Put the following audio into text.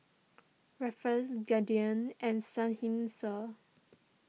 Ruffles Guardian and Seinheiser